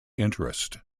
interest